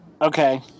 Okay